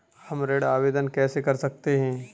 हम ऋण आवेदन कैसे कर सकते हैं?